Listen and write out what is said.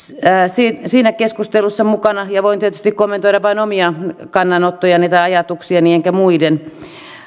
siinä keskustelussa mukana ja voin tietysti kommentoida vain omia kannanottojani tai ajatuksiani enkä muiden